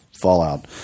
fallout